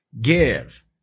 Give